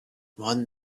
one